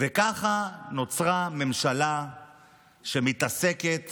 ככה נוצרה ממשלה שמתעסקת